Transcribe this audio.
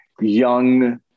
young